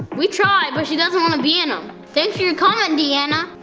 we try, but she doesn't wanna be in them. thanks for your comment, deanna!